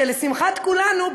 שלשמחת כולנו,